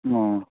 ആ